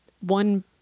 one